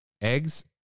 eggs